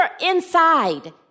inside